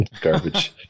garbage